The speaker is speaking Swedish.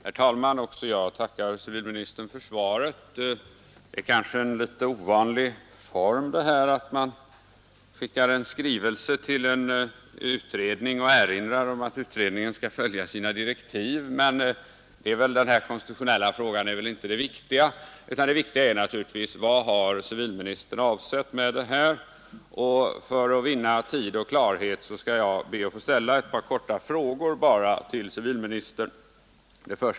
Herr talman! Också jag tackar civilministern för svaret. Det kanske är en litet ovanlig form detta att man skickar en skrivelse till en utredning och erinrar om att utredningen skall följa sina direktiv. Men den konstitutionella frågan är väl inte det viktiga, utan det viktiga är naturligtvis vad civilministern har avsett. För att vinna tid och klarhet ber jag att få ställa några korta frågor till civilministern. 1.